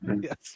Yes